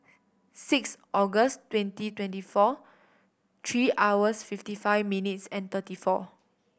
six August twenty twenty four three hours fifty five minutes and thirty four